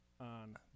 on